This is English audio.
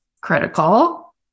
critical